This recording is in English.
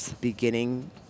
beginning